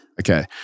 Okay